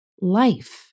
life